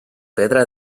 pedra